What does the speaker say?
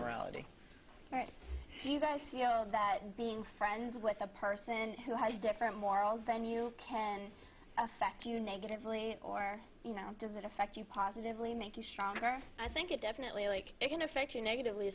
morality right you guys you know that being friends with a person who has different moral then you can affect you negatively or you know does it affect you positively make you stronger i think it definitely it can affect you negatively